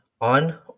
on